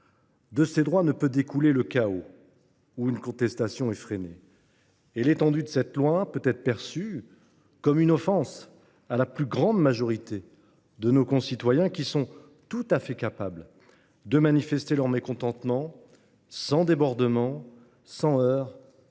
De ces droits ne peut découler le chaos ou une contestation effrénée. L’étendue du champ de cette proposition de loi pourrait être perçue comme une offense à la plus grande majorité de nos concitoyens, qui sont tout à fait capables de manifester leur mécontentement sans débordements, heurts